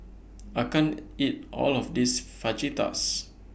I can't eat All of This Fajitas